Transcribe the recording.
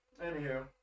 Anywho